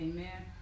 Amen